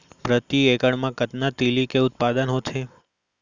प्रति एकड़ मा कतना तिलि के उत्पादन होथे?